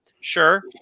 sure